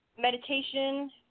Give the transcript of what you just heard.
meditation